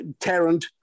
Tarrant